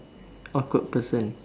awkward person